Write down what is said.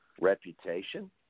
reputation